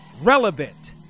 relevant